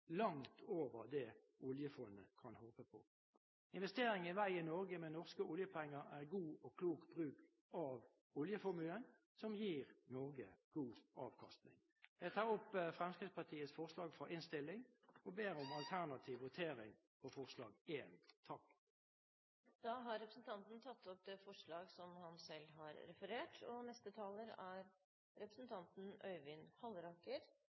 langt over det oljefondet kan håpe på. Investering i vei i Norge med norske oljepenger er god og klok bruk av oljeformuen som gir Norge god avkastning. Jeg tar opp Fremskrittspartiets forslag fra innstillingen og ber om alternativ votering for forslag nr. 1. Representanten Sortevik har tatt opp de forslagene han refererte til. Fremskrittspartiet har kommet med til dels frodige karakteristikker av Høyre i dag. Det